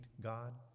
God